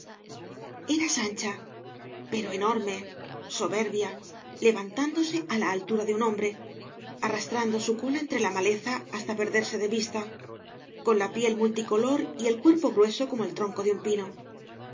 era sancha pero enorme soberbia levantándose á la altura de un hombre arrastrando su cola entre la maleza hasta perderse de vista con la piel multicolor y el cuerpo grueso como el tronco de un pino